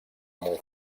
molt